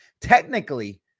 technically